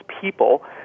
people